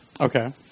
okay